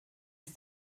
ist